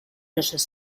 los